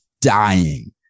dying